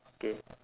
okay